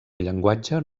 llenguatge